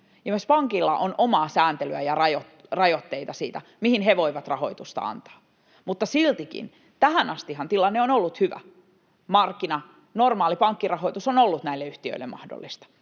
ja myös pankilla on omaa sääntelyä ja rajoitteita siitä, mihin he voivat rahoitusta antaa. Mutta siltikin tähän astihan tilanne on ollut hyvä: markkina-, normaali pankkirahoitus on ollut näille yhtiöille mahdollista.